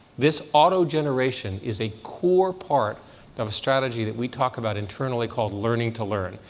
this auto generation is a core part of strategy that we talk about internally called learning to learn.